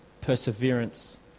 perseverance